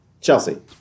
Chelsea